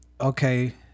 okay